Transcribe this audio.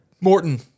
Morton